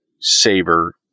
savor